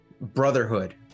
brotherhood